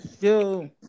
Yo